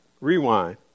Rewind